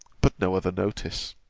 but no other notice.